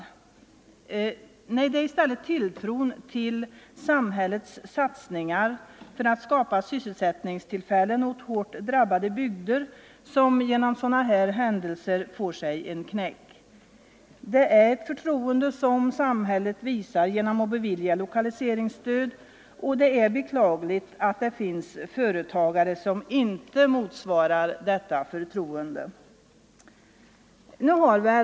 Nej, det allvarliga är i stället att tilltron till samhällets satsningar för att skapa sysselsättningstillfällen i hårt drabbade bygder genom händelser av detta slag får sig en knäck. Nr 125 Det är ett förtroende samhället visar genom att bevilja lokaliseringsstöd, Onsdagen den och det är beklagligt att det finns företagare som inte motsvarar detta 20 november 1974 förtroende.